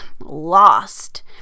lost